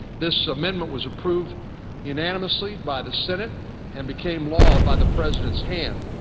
this amendment was approved unanimously by the senate and became law by the president's hand.